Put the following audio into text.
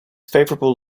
favorable